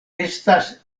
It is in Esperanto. estas